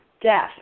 death